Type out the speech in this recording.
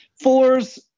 fours